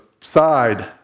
side